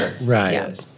Right